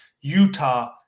Utah